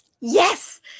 Yes